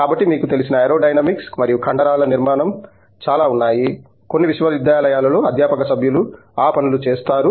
కాబట్టి మీకు తెలిసిన ఏరోడైనమిక్స్ మరియు కండరాల నిర్మాణాల చాలా ఉన్నాయి కొన్ని విశ్వవిద్యాలయాలలో అధ్యాపక సభ్యులు ఆ పనులు చేస్తారు